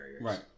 Right